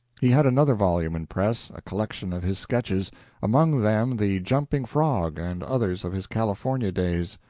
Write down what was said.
he had another volume in press a collection of his sketches among them the jumping frog, and others of his california days.